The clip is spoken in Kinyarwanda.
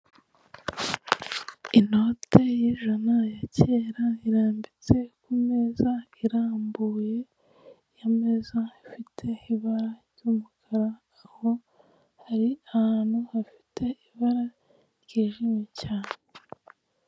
Inota yijana ya kera irambitse kumeza irambuye iyo meza ifite ibara ry'umukara, aho hari ahantu hafite ibara ryijimye cyane.